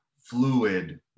fluid